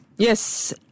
Yes